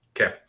Okay